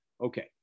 Okay